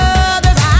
other's